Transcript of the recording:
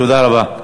תודה רבה.